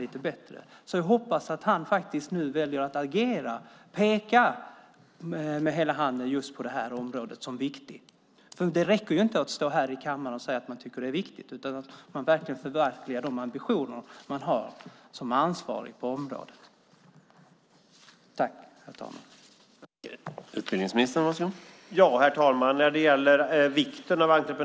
Jag hoppas därför att utbildningsministern nu väljer att agera och att med hela handen peka på just detta område som viktigt. Det räcker inte att stå här i kammaren och säga att man tycker att det är viktigt, utan det gäller också att verkligen förverkliga de ambitioner som man som ansvarig på området har.